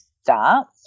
start